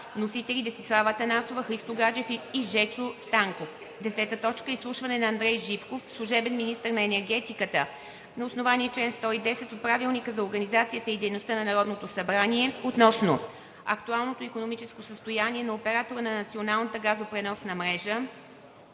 Вносители – Десислава Атанасова, Христо Гаджев и Жечо Станков. 10. Изслушване на Андрей Живков – служебен министър на енергетиката, на основание чл. 110 от Правилника за организацията и дейността на Народното събрание относно: актуалното икономическо състояние на оператора на националната газопреносна мрежа